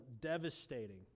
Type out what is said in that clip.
devastating